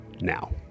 now